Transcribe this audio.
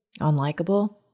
unlikable